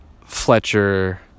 Fletcher